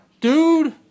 Dude